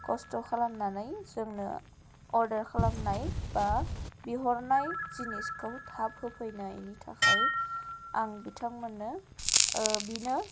कस्त' खालामनानै जोंनो अर्डार खालामनाय बा बिहरनाय जिनिसखौ थाब होफैनायनि थाखाय आं बिथांमोननो बिनो